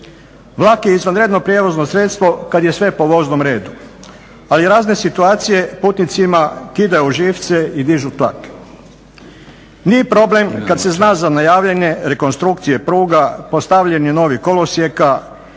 Vlak je izvanredno prijevozno sredstvo kad je sve po voznom redu, ali razne situacije putnicima kidaju živce i dižu tlak. Nije problem kad se za najavljenu rekonstrukciju pruge, postavljanje novih kolosijeka